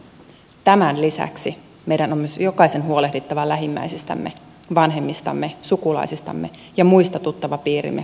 tämän lisäksi meidän on myös jokaisen huolehdittava lähimmäisis tämme vanhemmistamme sukulaisistamme ja muista tuttavapiiriimme kuuluvista vanhuksista